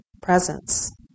presence